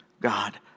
God